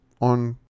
on